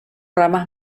ramas